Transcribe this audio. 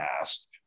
asked